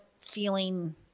feeling